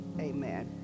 amen